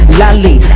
lolly